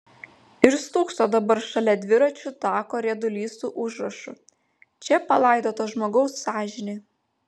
ir stūkso dabar šalia dviračių tako riedulys su užrašu čia palaidota žmogaus sąžinė